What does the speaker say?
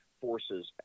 forces